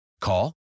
Call